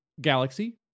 galaxy